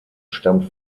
stammt